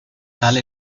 tale